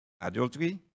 adultery